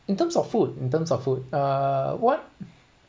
in terms of food in terms of food uh what